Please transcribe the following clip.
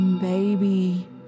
baby